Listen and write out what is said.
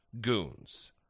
goons